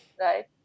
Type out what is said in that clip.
right